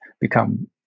become